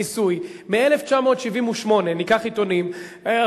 ניסוי: ניקח עיתונים מ-1978,